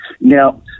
Now